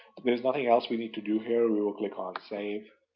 there's nothing else we need to do here, we will click on save,